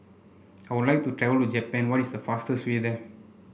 I would like to travel to Japan what is the fastest way there